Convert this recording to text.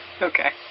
okay